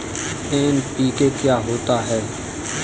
NPK क्या होता है?